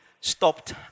stopped